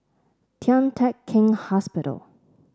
Tian Teck Keng Hospital